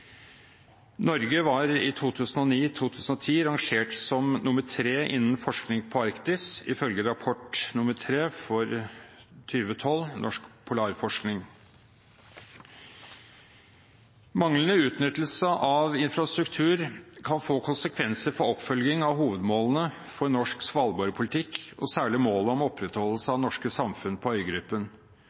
Norge var i 2009–2010 rangert som nr. 3 innen forskning på Arktis, ifølge rapport 3/12 Norsk polarforskning. Manglende utnyttelse av infrastrukturen kan få konsekvenser for oppfølging av hovedmålene for norsk svalbardpolitikk og særlig målet om opprettholdelse av norske samfunn på øygruppen,